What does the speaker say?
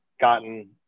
gotten